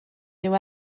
dyw